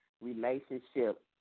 relationship